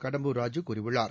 கடம்பூர் ராஜூ கூறியுள்ளார்